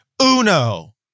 Uno